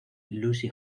lucy